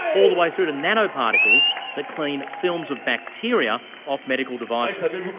all the way through to nanoparticles that clean films of bacteria off medical devices.